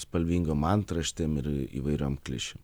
spalvingom antraštėm ir įvairiom klišėm